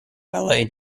ballet